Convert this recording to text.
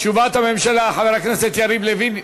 תשובת הממשלה, חבר הכנסת יריב לוין?